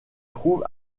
trouve